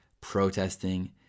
protesting